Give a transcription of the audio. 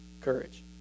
courage